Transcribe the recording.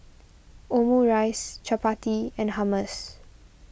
Omurice Chapati and Hummus